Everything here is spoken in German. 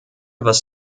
was